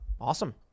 awesome